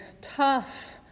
tough